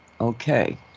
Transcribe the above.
okay